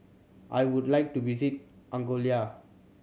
I would like to visit Angola